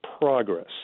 progress